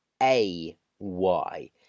A-Y